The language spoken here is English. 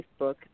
Facebook